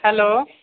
hello